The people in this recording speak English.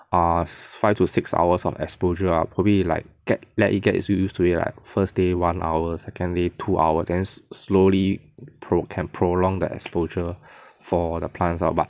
err five to six hours of exposure lah probably like get let it get used to it like first day one hour secondary day two hour then slowly pro~ can prolong the exposure for the plants lah but